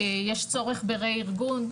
יש צורך ברה-ארגון,